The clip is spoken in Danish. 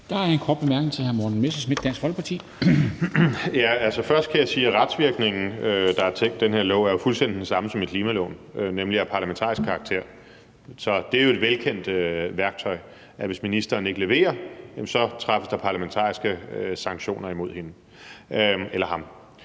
Der er en kort bemærkning til hr. Morten Messerschmidt, Dansk Folkeparti. Kl. 13:55 Morten Messerschmidt (DF): Først kan jeg sige, at retsvirkningen, der er tænkt i den her lov, jo er fuldstændig den samme som i klimaloven, nemlig af parlamentarisk karakter. Så det er jo et velkendt værktøj, altså at der, hvis ministeren ikke leverer, træffes parlamentariske sanktioner imod hende eller ham.